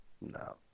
No